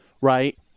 right